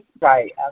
Right